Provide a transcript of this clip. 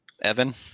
Evan